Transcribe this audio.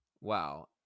wow